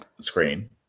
screen